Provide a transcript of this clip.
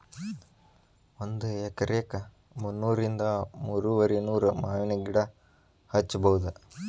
ಒಂದ ಎಕರೆಕ ಮುನ್ನೂರಿಂದ ಮೂರುವರಿನೂರ ಮಾವಿನ ಗಿಡಾ ಹಚ್ಚಬೌದ